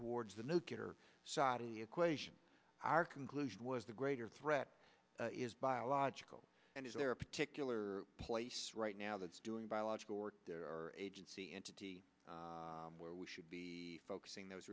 towards the nuclear side of the equation our conclusion was the greater threat is biological and is there a particular place right now that's doing biological work there are agencies entity where we should be focusing those